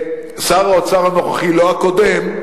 שר האוצר הנוכחי, לא הקודם,